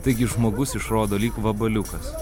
taigi žmogus išrodo lyg vabaliukas